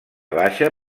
baixa